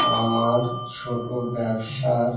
আমার ছোটো ব্যবসার